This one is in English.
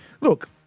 Look